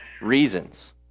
reasons